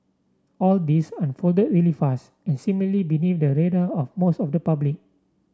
all this unfolded really fast and seemingly beneath the radar of most of the public